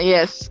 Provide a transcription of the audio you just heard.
Yes